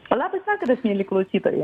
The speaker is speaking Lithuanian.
labas vakaras mieli klausytojai